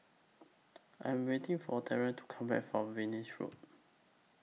I Am waiting For Tyree to Come Back from Venus Road